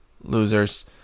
losers